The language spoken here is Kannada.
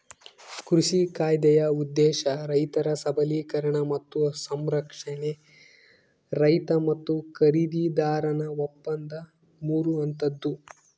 ಕೃಷಿ ಕಾಯ್ದೆಯ ಉದ್ದೇಶ ರೈತರ ಸಬಲೀಕರಣ ಮತ್ತು ಸಂರಕ್ಷಣೆ ರೈತ ಮತ್ತು ಖರೀದಿದಾರನ ಒಪ್ಪಂದ ಮೂರು ಹಂತದ್ದು